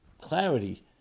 clarity